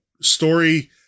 story